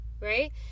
Right